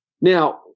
Now